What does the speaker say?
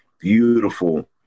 beautiful